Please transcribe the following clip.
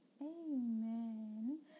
amen